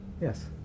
yes